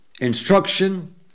instruction